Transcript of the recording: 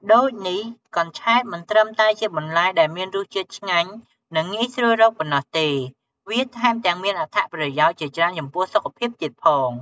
ដូចនេះ កញ្ឆែត មិនត្រឹមតែជាបន្លែដែលមានរសជាតិឆ្ងាញ់ និងងាយស្រួលរកប៉ុណ្ណោះទេ វាថែមទាំងមានអត្ថប្រយោជន៍ជាច្រើនចំពោះសុខភាពទៀតផង។